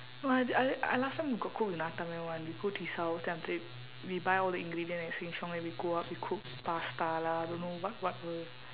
!wah! I I last time got cook with nattamai [one] we go to his house then after that we buy all the ingredient at sheng siong then we go up we cook pasta lah don't know what whatever